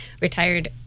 retired